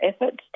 efforts